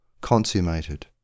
consummated